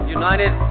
united